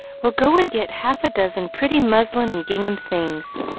well, go and get half a dozen pretty muslin and gingham things,